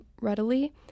readily